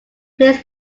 players